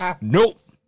Nope